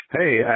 Hey